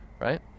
Right